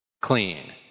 Clean